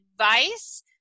advice